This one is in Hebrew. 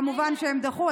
וכמובן שהם דחו,